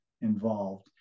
involved